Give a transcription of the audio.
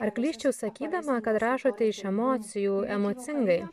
ar klysčiau sakydama kad rašote iš emocijų emocingai